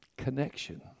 connection